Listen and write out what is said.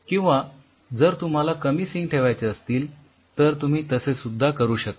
किंवा जर तुम्हाला कमी सिंक ठेवायचे असतील तर तुम्ही तसे सुद्धा करू शकता